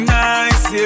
nice